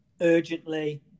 urgently